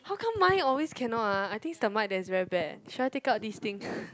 how come mine always cannot ah I think it's the mic that's very bad should I take out this thing